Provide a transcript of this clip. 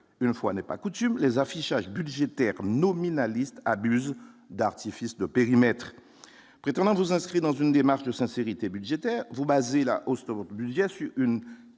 une fois n'est pas coutume les affichages budgétaire nominal s'amuse d'artifices de périmètre prétendant vous inscrit dans une démarche de sincérité budgétaire vous basez la hausse de Montpellier su Une